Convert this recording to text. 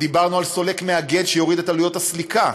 דיברנו על סולק מאגד שיוריד את עלויות הסליקה,